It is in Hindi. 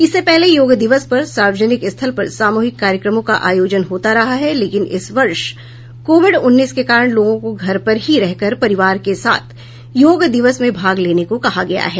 इससे पहले योग दिवस पर सार्वजनिक स्थल पर सामूहिक कार्यक्रमों का आयोजन होता रहा है लेकिन इस वर्ष कोविड उन्नीस के कारण लोगों को घर पर ही रहकर परिवार के साथ योग दिवस में भाग लेने को कहा गया है